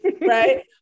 right